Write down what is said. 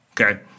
Okay